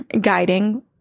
guiding